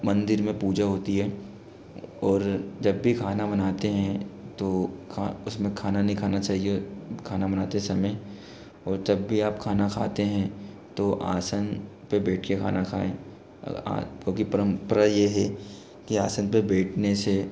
मंदिर में पूजा होती है और जब भी खाना बनाते हैं तो खा उसमें खाना नहीं खाना चाहिए खाना बनाते समय और तब भी आप खाना खाते हैं तो आसन पे बैठ के खाना खाएँ क्योंकि परम्परा ये है कि आसन पे बैठने से